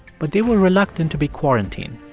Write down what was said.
but they were reluctant to be quarantined.